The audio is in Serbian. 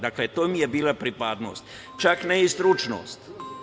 Dakle, to im je bila pripadnost, čak ne i stručnost.